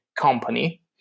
company